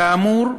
כאמור,